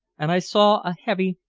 and i saw a heavy,